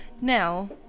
Now